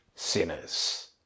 sinners